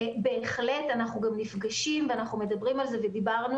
אנחנו נפגשים ואנחנו מדברים על זה ודיברנו